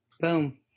Boom